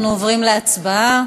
אנחנו עוברים להצבעה.